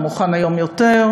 היום הוא מוכן יותר,